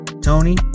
Tony